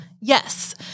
Yes